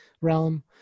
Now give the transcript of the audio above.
realm